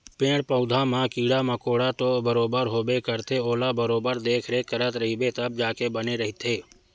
पेड़ पउधा म कीरा मकोरा तो बरोबर होबे करथे ओला बरोबर देखरेख करत रहिबे तब जाके बने रहिथे